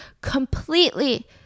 completely